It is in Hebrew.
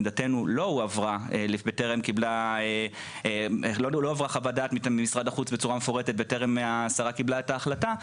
לא הועברה מטעם משרד החוץ בצורה מפורטת בטרם השרה קיבלה את ההחלטה,